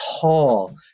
tall